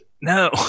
No